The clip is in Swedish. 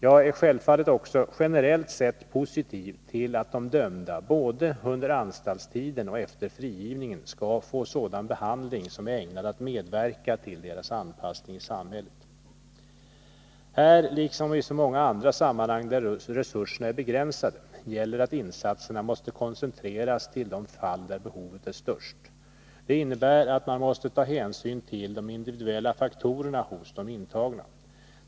Jag är självfallet också generellt sett positiv till att de dömda både under anstaltstiden och efter frigivningen skall få sådan behandling som är ägnad att medverka till deras anpassning i samhället. Här liksom i så många andra sammanhang där resurserna är begränsade gäller att insatserna måste koncentreras till de fall där behovet är störst. Det innebär att man måste ta hänsyn till de individuella faktorerna hos de intagna.